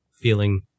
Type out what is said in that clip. feeling